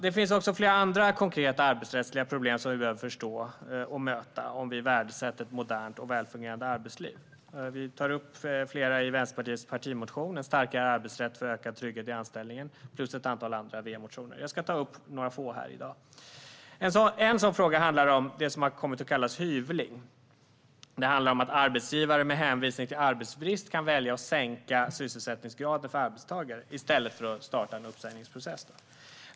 Det finns också flera andra konkreta arbetsrättsliga problem som vi behöver förstå och möta om vi värdesätter ett modernt och välfungerande arbetsliv. Vi tar upp flera av dem i Vänsterpartiets partimotion En starkare arbetsrätt för ökad trygghet i anställningen samt i ett antal andra V-motioner. Jag ska ta upp några få här i dag. En sådan fråga handlar om det som har kommit att kallas hyvling. Det handlar om att arbetsgivare med hänvisning till arbetsbrist kan välja att sänka sysselsättningsgraden för arbetstagare i stället för att starta en uppsägningsprocess.